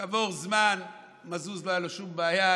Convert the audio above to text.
כעבור זמן למזוז לא הייתה שום בעיה,